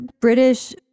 British